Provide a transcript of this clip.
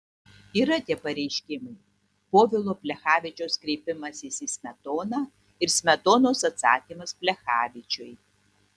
yra tie pareiškimai povilo plechavičiaus kreipimasis į smetoną ir smetonos atsakymas plechavičiui